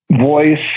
voice